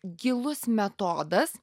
gilus metodas